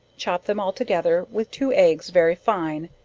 chop them all together, with two eggs very fine,